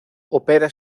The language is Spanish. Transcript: opera